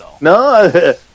No